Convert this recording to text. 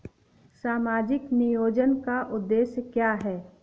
सामाजिक नियोजन का उद्देश्य क्या है?